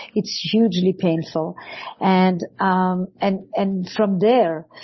it's hugely painful and um and and from there,